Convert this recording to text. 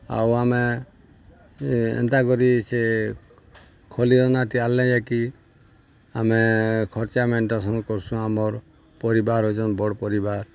ଆଉ ଆମେ ଏନ୍ତା କରି ସେ ଖୋଲିଦନା ତିଆର୍ଲେ ଯାଇକି ଆମେ ଖର୍ଚ୍ଚା ମେଣ୍ଟେନ୍ କର୍ସୁଁ ଆମର୍ ପରିବାର୍ ହଉଛନ୍ ବଡ଼୍ ପରିବାର୍